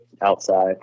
outside